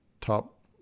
top